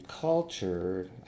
culture